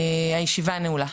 תודה רבה לכולם, הישיבה נעולה.